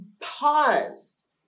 pause